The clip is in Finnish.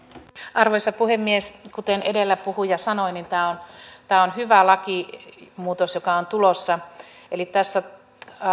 arvoisa puhemies kuten edellinen puhuja sanoi niin tämä on tämä on hyvä lakimuutos joka on tulossa eli tässä